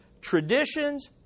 Traditions